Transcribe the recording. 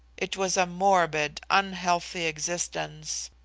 it was a morbid, unhealthy existence,